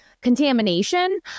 contamination